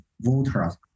voters